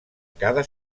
cada